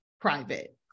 private